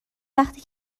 وقتی